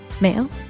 male